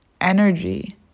energy